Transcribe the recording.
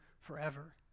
forever